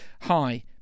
Hi